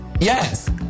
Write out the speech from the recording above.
Yes